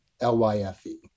L-Y-F-E